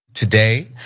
Today